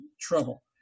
trouble